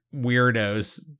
weirdos